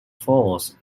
falls